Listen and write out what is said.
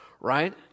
right